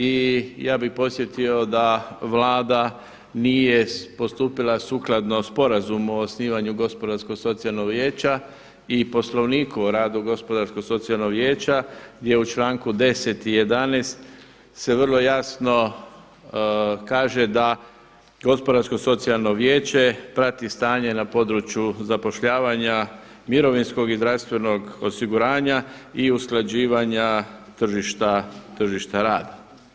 I ja bih podsjetio da Vlada nije postupila sukladno o Sporazumu o osnivanju gospodarsko socijalnog vijeća i poslovniku o radu gospodarsko socijalnog vijeća gdje u članku 10. i 11. se vrlo jasno kaže da gospodarsko socijalno vijeće prati stanje na području zapošljavanja mirovinskog i zdravstvenog osiguranja i usklađivanja tržišta rada.